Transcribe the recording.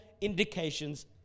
indications